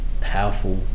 powerful